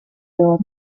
oro